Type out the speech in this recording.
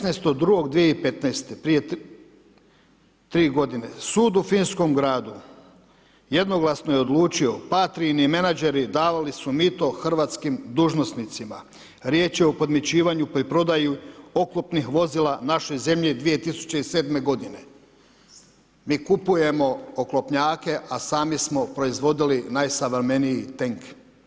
16. 02. 2015., prije 3 g. sud u finskom gradu jednoglasno je odlučio, Patrijini menadžeri davali su mito hrvatskim dužnosnicima, riječ je o podmićivanju pa i prodaji oklopnih vozila našoj zemlji 2007. g. Mi kupujemo oklopnjake a sami smo proizvodili najsuvremeniji tenk.